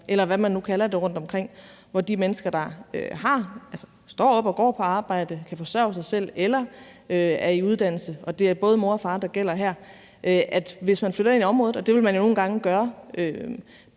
eller hvad man nu kalder det, rundtomkring, hvor de mennesker, der står op og går på arbejde, kan forsørge sig selv, eller er i uddannelse, og det er både mor og far, der gælder her. Hvis man flytter ind i området – og det vil man jo nogle gange gøre